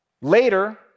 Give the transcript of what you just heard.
Later